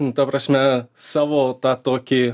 nu ta prasme savo tą tokį